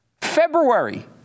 February